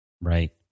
Right